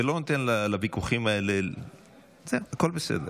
לא נותן לוויכוחים האלה, זהו, הכול בסדר.